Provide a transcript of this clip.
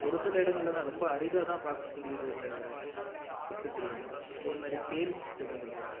ஒருசில இடங்கள் தான் ரொம்ப அரிதாக தான் பார்க்க முடியுது இந்த சிட்டுக்குருவி இனம் அதேமாரி தேன்சிட்டு வகைகள்